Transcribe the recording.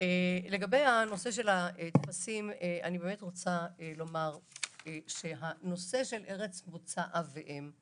בנושא הטפסים אני רוצה לומר שהנושא של ארץ מוצא אב ואם,